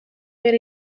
behar